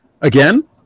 again